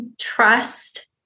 trust